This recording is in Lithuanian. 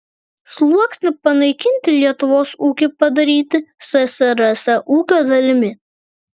sluoksnį panaikinti lietuvos ūkį padaryti ssrs ūkio dalimi